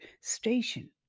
station